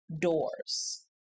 doors